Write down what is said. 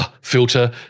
filter